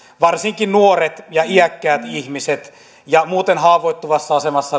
varsinkin nuorilla ja iäkkäillä ihmisillä ja muuten haavoittuvassa asemassa